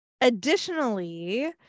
additionally